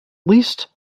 least